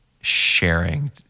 sharing